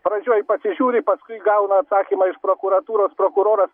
pradžioj pasižiūri paskui gauna atsakymą iš prokuratūros prokuroras